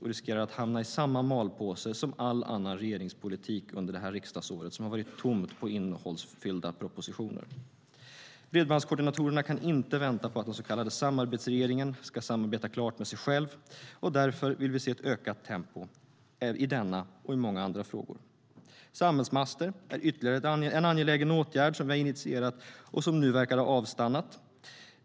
Den riskerar att hamna i samma malpåse som all annan regeringspolitik under detta riksdagsår, som har varit tomt på innehållsfyllda propositioner. Bredbandskoordinatorerna kan inte vänta på att den så kallade samarbetsregeringen ska samarbeta klart med sig själv. Därför vill vi se ett ökat tempo i denna och många andra frågor. Samhällsmaster är ytterligare en angelägen åtgärd som vi har initierat och som nu verkar ha avstannat.